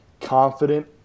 confident